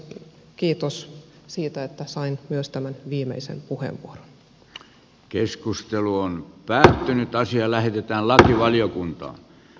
kiitos siitä että sain myös tämän viimeisen puheenvuoron